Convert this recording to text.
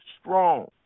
strong